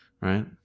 Right